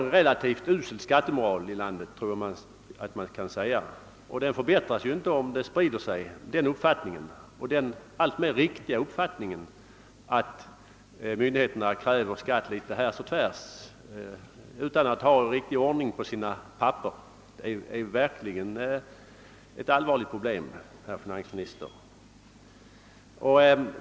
Jag tror man kan säga att vi har en ganska usel skattemoral här i landet, och den förbättras ju inte om den uppfattningen, den alltmer riktiga uppfattningen, sprider sig att myndigheterna kräver skatt litet hur som helst och inte har någon riktig ordning på sina papper. Det är verkligen ett allvarligt problem, herr finansminister!